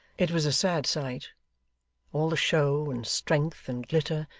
it was a sad sight all the show, and strength, and glitter,